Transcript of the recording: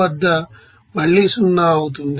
అవుతుంది